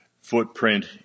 footprint